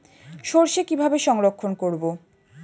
সরষে কিভাবে সংরক্ষণ করব?